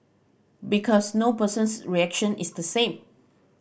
because no person's reaction is the same